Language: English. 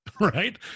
Right